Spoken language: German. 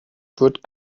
wird